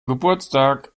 geburtstag